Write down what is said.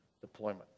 deployment